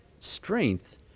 strength